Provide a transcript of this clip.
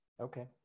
Okay